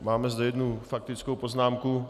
Mám zde jednu faktickou poznámku.